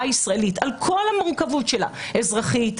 הישראלית על כל המורכבות שלה אזרחית,